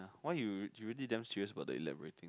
why you you really damn serious about the elaborating